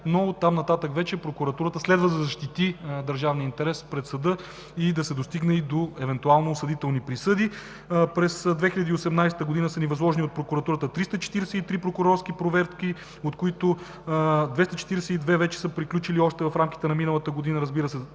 но оттам нататък вече прокуратурата следва да защити държавния интерес пред съда и да се достигне и до евентуално осъдителни присъди. През 2018 г. са ни възложени от прокуратурата 343 прокурорски проверки, от които 242 вече са приключили още в рамките на миналата година, за